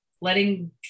letting